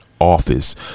office